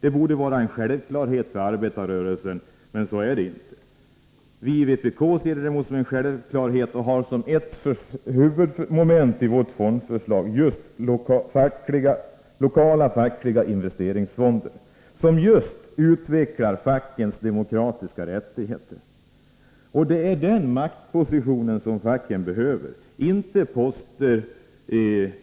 Det borde vara en självklarhet för arbetarrörelsen, men så är det inte. Vii vpk ser det däremot som en självklarhet och har som ett huvudmoment i vårt fondförslag lokala fackliga investeringsfonder, som just utvecklar fackens demokratiska rättigheter. Det är den maktpositionen facken behöver, inte poster